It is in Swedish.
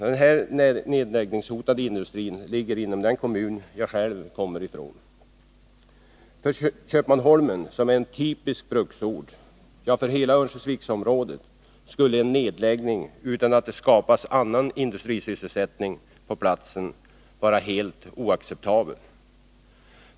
Den nedläggningshotade industrin där ligger inom den kommun jag själv kommer ifrån. För Köpmanholmen, som är en typisk bruksort — ja, för hela Örnsköldsviksområdet — skulle en nedläggning utan att det skapas annan industrisysselsättning på platsen vara helt oacceptabel.